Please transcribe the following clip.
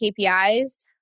KPIs